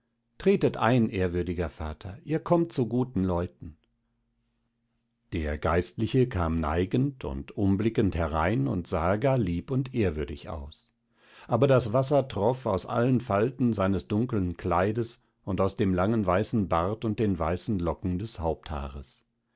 tretet herein ehrwürdiger vater ihr kommt zu guten leuten der geistliche kam neigend und umblickend herein und sahe gar lieb und ehrwürdig aus aber das wasser troff aus allen falten seines dunkeln kleides und aus dem langen weißen bart und den weißen locken des